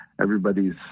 everybody's